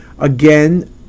Again